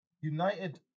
United